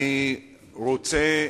אני רוצה